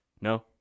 No